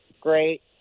great